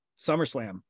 SummerSlam